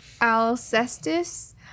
Alcestis